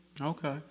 Okay